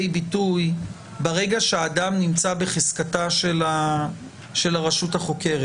ביטוי ברגע שהאדם נמצא בחזקתה של הרשות החוקרת.